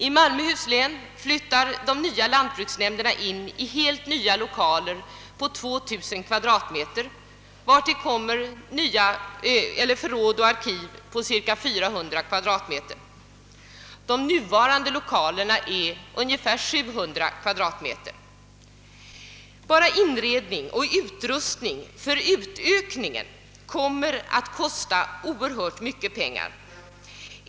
I Malmöhus län flyttar de nya lantbruksnämnderna in i helt nya lokaler på 2000 kvadratmeter, vartill kommer förråd och arkiv på cirka 400 kvadratmeter. De nuvarande lokalerna är på ungefär 700 kvadratmeter. Enbart inredning och utrustning för utökning-, en "kommer att kosta oerhört mycket pengar.